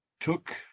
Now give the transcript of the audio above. took